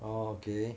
oh okay